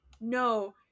No